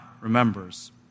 remembers